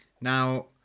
Now